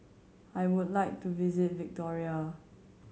I would like to visit Victoria